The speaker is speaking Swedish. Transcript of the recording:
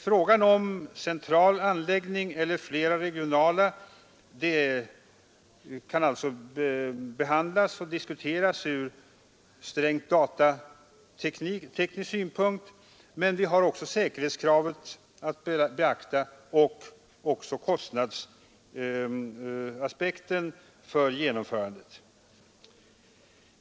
Frågan om en central anläggning eller flera regionala kan alltså behandlas och diskuteras ur strängt datateknisk synpunkt. Men vi har också säkerhetskravet att beakta, liksom kostnadsaspekten för genomförandet.